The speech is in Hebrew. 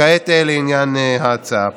כעת לעניין ההצעה.